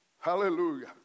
hallelujah